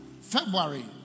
February